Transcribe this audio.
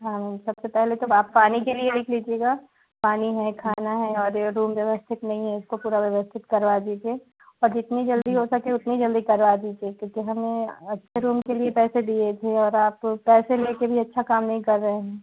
हाँ मैम सबसे पहले तो आप पानी के लिए लिख लीजिएगा पानी है खाना है और रूम व्यवस्थित नहीं ही इसको पूरा व्यवस्थित करवा दीजिए और जितनी जल्दी हो सके उतनी जल्दी करवा दीजिए क्योंकि हमने रूम के लिए पैसे दिए थे और आप पैसे लेके भी अच्छा काम नहीं कर रहे है